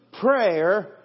prayer